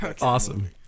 Awesome